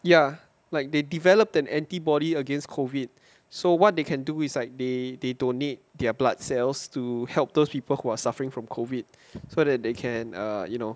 ya like they developed an antibody against COVID so what they can do is like they they donate their blood cells to help those people who are suffering from COVID so that they can err you know